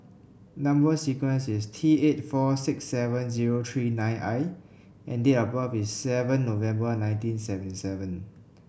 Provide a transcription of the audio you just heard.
number sequence is T eight four six seven zero three nine I and date of birth is seven November nineteen seventy seven